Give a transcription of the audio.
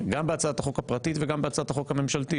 גם בהצעת החוק הפרטית וגם בהצעת החוק הממשלתית